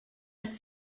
hat